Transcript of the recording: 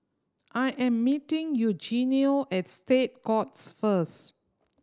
I am meeting Eugenio at State Courts first